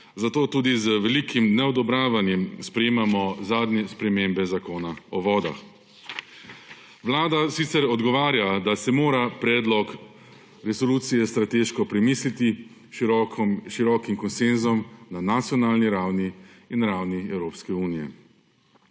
zato tudi z velikim neodobravanjem spremljamo zadnje spremembe Zakona o vodah. Vlada sicer odgovarja, da se mora predlog resolucije strateško premisliti, s širokim konsenzom na nacionalni ravni in ravni Evropske unije.